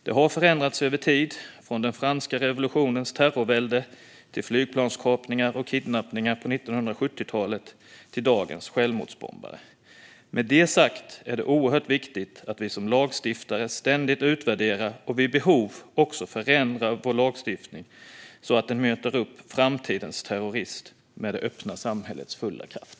Den har förändrats över tid, från den franska revolutionens terrorvälde till flygplanskapningar och kidnappningar på 1970-talet till dagens självmordsbombare. Med det sagt är det oerhört viktigt att vi som lagstiftare ständigt utvärderar och vid behov också förändrar vår lagstiftning så att den möter upp framtidens terrorist med det öppna samhällets fulla kraft.